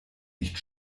nicht